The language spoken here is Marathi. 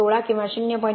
16 किंवा 0